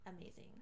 amazing